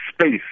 space